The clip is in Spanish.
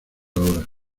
ahora